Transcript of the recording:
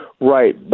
Right